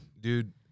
Dude